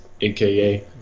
aka